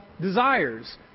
desires